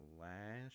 last